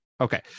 Okay